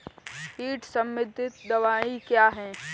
कीट संबंधित दवाएँ क्या हैं?